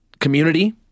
community